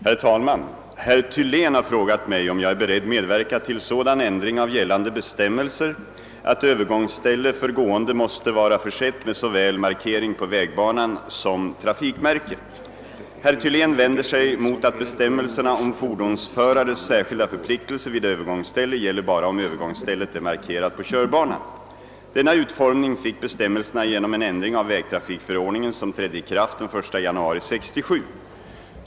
Herr talman! Herr Thylén har frågat mig, om jag är beredd medverka till sådan ändring av gällande bestämmelser att övergångsställe för gående måste vara försett med såväl markering på vägbanan som trafikmärke. Herr Thylén vänder sig mot att bestämmelserna om fordonsförares särskilda förpliktelser vid övergångsställe gäller bara om övergångsstället är markerat på körbanan. Denna utformning fick bestämmelserna genom en ändring av vägtrafikförordningen som trädde i kraft den 1 januari 1967.